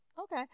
Okay